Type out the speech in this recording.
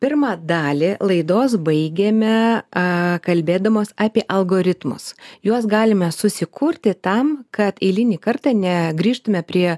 pirmą dalį laidos baigėme aaa kalbėdamos apie algoritmus juos galime susikurti tam kad eilinį kartą negrįžtume prie